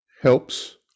helps